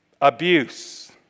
abuse